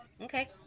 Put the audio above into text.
Okay